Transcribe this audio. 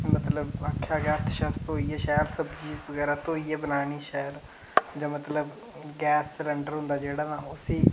मतलब हत्थ शत्थ धोइयै शैल सब्जी बगैरा धोइयै बनानी शैल मतलब गैस स्लैंडर होंदा जेह्ड़ा उसी